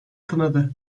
kınadı